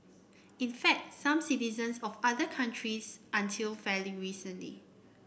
in fact some citizens of other countries until fairly recently